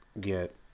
get